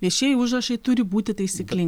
viešieji užrašai turi būti taisyklin